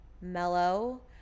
mellow